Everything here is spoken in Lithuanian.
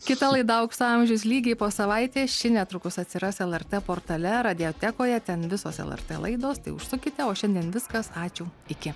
kita laida aukso amžius lygiai po savaitės ši netrukus atsiras lrt portale radijotekoje ten visos lrt laidos tai užsukite o šiandien viskas ačiū iki